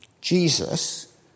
Jesus